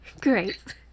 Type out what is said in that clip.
Great